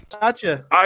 Gotcha